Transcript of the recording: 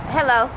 Hello